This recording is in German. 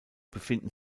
befinden